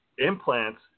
Implants